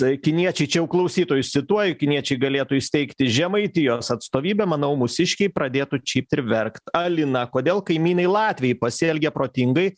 kiniečiai čia jau klausytojus cituoju kiniečiai galėtų įsteigti žemaitijos atstovybę manau mūsiškiai pradėtų čypt ir verkt alina kodėl kaimynai latviai pasielgė protingai